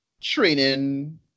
training